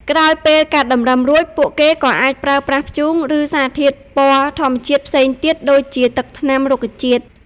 ក្រោយពេលកាត់តម្រឹមរួច ពួកគេក៏អាចប្រើប្រាស់ធ្យូង ឬសារធាតុពណ៌ធម្មជាតិផ្សេងទៀត (ដូចជាទឹកថ្នាំរុក្ខជាតិ)។